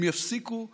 הם יפסיקו להתקיים.